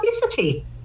publicity